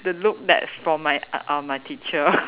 the look that's from my uh uh my teacher